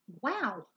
Wow